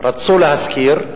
רצו לשכור,